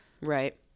right